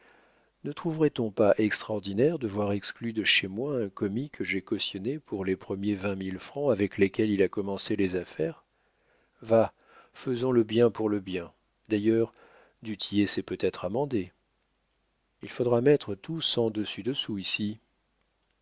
ne trouverait-on pas extraordinaire de voir exclu de chez moi un commis que j'ai cautionné pour les premiers vingt mille francs avec lesquels il a commencé les affaires va faisons le bien pour le bien d'ailleurs du tillet s'est peut-être amendé il faudra mettre tout cen dessus dessous ici